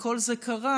וכל זה קרה